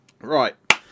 Right